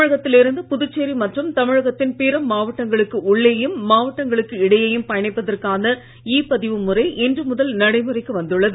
தமிழகத்தில் இருந்து புதுச்சேரி மற்றும் தமிழகத்தின் பிற உள்ளேயும் மாவட்டங்களுக்கு இடையும் மாவட்டங்களுக்கு பயணிப்பதற்கான இ பதிவு முறை இன்று முதல் நடைமுறைக்கு வந்துள்ளது